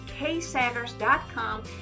ksanders.com